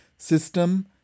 system